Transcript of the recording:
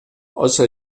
außer